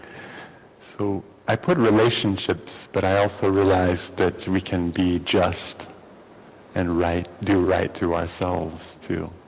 so i put relationships but i also realized that we can be just and right do right to ourselves too